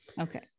Okay